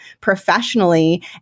professionally